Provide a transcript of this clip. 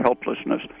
helplessness